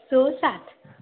स सात